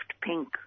pink